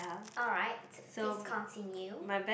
alright please continue